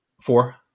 four